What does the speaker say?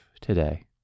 today